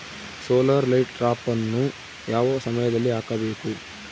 Solar light ಟ್ರಾಪನ್ನು ಯಾವ ಸಮಯದಲ್ಲಿ ಹಾಕಬೇಕು?